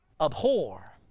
abhor